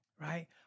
Right